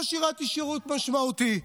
לא שירתי שירות משמעותי,